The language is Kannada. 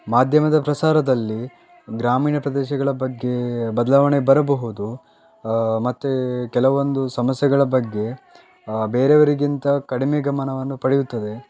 ಮಾಧ್ಯಮದ ಪ್ರಸಾರದಲ್ಲಿ ಗ್ರಾಮೀಣ ಪ್ರದೇಶಗಳ ಬಗ್ಗೆ ಬದಲಾವಣೆ ಬರಬಹುದು ಮತ್ತು ಕೆಲವೊಂದು ಸಮಸ್ಯೆಗಳ ಬಗ್ಗೆ ಬೇರೆಯವರಿಗಿಂತ ಕಡಿಮೆ ಗಮನವನ್ನು ಪಡೆಯುತ್ತದೆ